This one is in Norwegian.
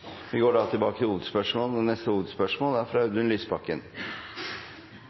Vi går videre til neste hovedspørsmål. Det er